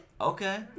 okay